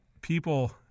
people